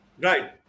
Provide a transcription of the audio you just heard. Right